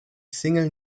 single